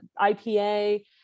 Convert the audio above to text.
IPA